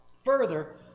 Further